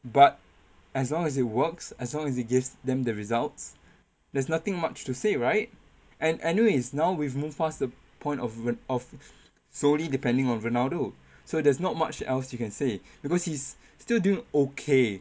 but as long as it works as long as it gives them the results there is nothing much to say right and anyways now we've moved past the point of re~ of solely depending on ronaldo so there's not much else you can say because he's still doing okay